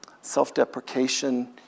self-deprecation